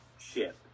ship